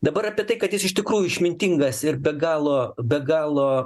dabar apie tai kad jis iš tikrųjų išmintingas ir be galo be galo